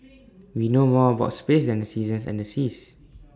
we know more about space than the seasons and the seas